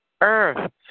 earth